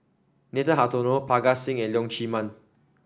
Nathan Hartono Parga Singh and Leong Chee Mun